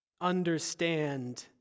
understand